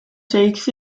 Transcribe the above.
takes